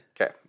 Okay